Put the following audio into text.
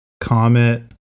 Comet